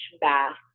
bath